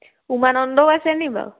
উমানন্দও আছে নেকি বাৰু